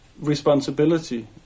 responsibility